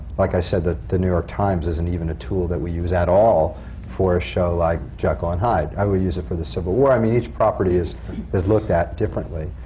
like i said, the the new york times isn't even a tool that we use at all for a show like jekyll and hyde. i will use it for the civil war. i mean, each property is is looked at differently.